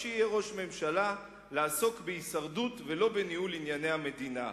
שיהיה ראש ממשלה לעסוק בהישרדות ולא בניהול ענייני המדינה.